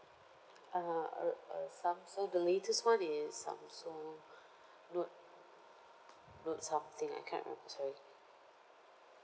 uh err uh Samsung latest one is so Samsung note note something I cannot remember sorry